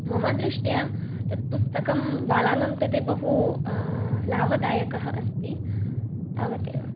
मम दृष्ट्या तत्पुस्तकं बालानां कृते बहु लाभदायकः अस्ति तावत् एव